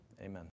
Amen